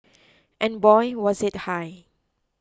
and boy was it high